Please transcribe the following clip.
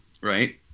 right